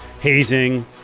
Hazing